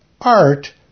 Art